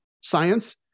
science